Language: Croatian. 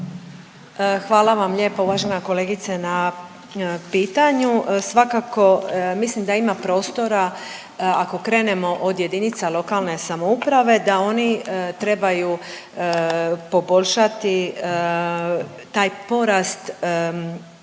Hvala vam lijepo uvažena kolegice na pitanju. Svakako mislim da ima prostora ako krenemo od JLS da oni trebaju poboljšati taj porast osoba